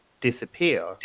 disappear